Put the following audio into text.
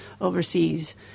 overseas